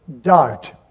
Doubt